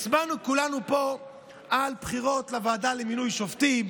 כולנו הצבענו פה בבחירות לוועדה למינוי שופטים,